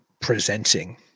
presenting